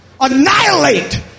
annihilate